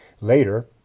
Later